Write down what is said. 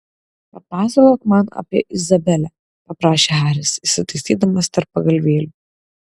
papasakok man apie izabelę paprašė haris įsitaisydamas tarp pagalvėlių